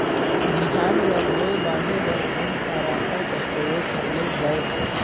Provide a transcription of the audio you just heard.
बिहान ल बोये बाढे बर कोन सा राखड कर प्रयोग करले जायेल?